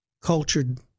cultured